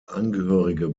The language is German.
angehörige